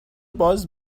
باز